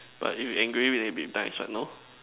but if you engrave it then it'll be nice what no